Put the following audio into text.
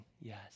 yes